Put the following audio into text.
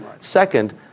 Second